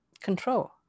control